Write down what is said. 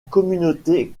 communauté